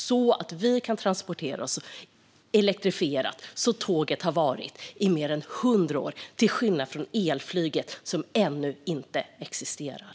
Då kan vi transportera oss elektrifierat, vilket tåget har varit i mer än hundra år, till skillnad från elflyget som ännu inte existerar.